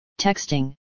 texting